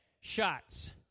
shots